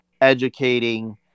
educating